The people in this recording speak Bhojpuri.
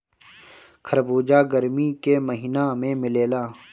खरबूजा गरमी के महिना में मिलेला